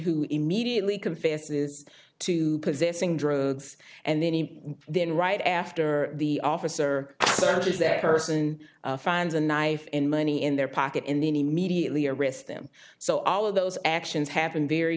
who immediately confesses to possessing drugs and then he then right after the officer searches that person finds a knife in money in their pocket in the ne mediately arist them so all of those actions happen very